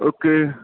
okay